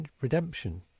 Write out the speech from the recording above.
redemption